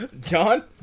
John